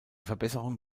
verbesserung